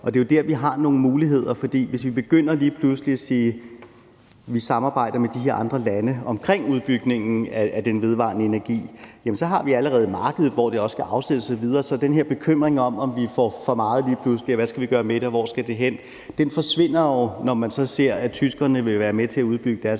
Det er jo der, vi har nogle muligheder. For hvis vi lige pludselig begynder at sige, at vi samarbejder med de her andre lande omkring udbygningen af den vedvarende energi, så har vi allerede markedet, hvor det også skal afsættes osv. Så den her bekymring for, om vi får for meget lige pludselig, og hvad vi skal gøre med det, og hvor det skal hen, forsvinder jo, når man så ser, at tyskerne vil være med til at udbygge deres